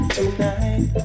tonight